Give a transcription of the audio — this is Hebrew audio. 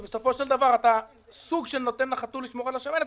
כי אתה סוג של נותן לחתול לשמור על השמנת.